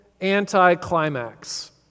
anti-climax